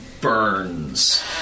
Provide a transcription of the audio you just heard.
burns